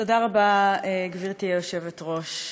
תודה רבה, גברתי היושבת-ראש.